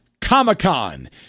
Comic-Con